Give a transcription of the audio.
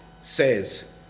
says